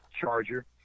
Charger